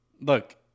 Look